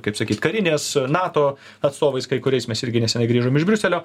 kaip sakyt karinės nato atstovais kai kuriais mes irgi nesenai grįžom iš briuselio